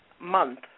month